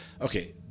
Okay